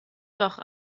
doch